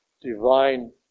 divine